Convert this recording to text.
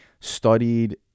studied